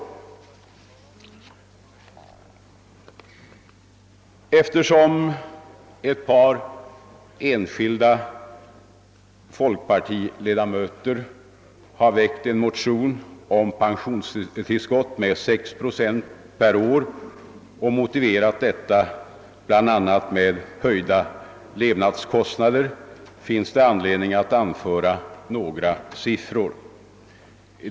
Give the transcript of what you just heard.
Eftersom ett par enskilda folkpartiledamöter har väckt en motion om pensionstillskott med 6 procent per år och motiverat detta bl.a. med höjda levnadskostnader, finns det anledning att anföra några siffror.